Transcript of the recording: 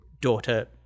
Daughter